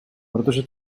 protože